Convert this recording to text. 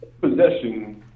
possession